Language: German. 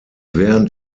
während